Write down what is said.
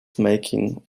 making